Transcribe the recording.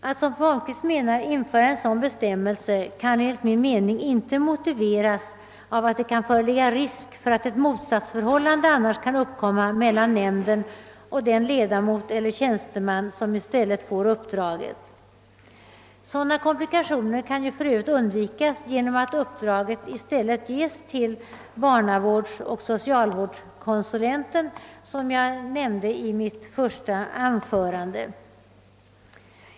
Att som fru Holmqvist menar införa en sådan bestämmelse kan enligt min mening inte motiveras av att det kan föreligga risk för att ett motsatsförhållande skulle kunna uppkomma mellan nämnden och den ledamot eller tjänsteman som i stället får uppdraget. Sådana komplikationer kan för övrigt undvikas genom att uppdraget i stället ges till barnavårdseller socialvårdskonsulenten, vilket jag nämnde i mitt första anförande.